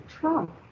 Trump